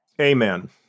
Amen